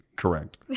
Correct